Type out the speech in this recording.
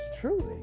truly